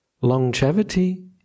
Longevity